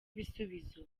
ibisubizo